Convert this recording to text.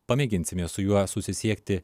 pamėginsime su juo susisiekti